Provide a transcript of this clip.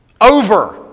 over